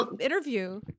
interview